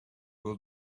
will